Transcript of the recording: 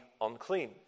unclean